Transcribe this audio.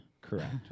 Correct